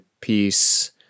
peace